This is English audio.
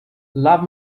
love